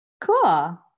Cool